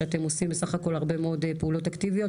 שאתם עושים בסך הכול הרבה מאוד פעולות אקטיביות.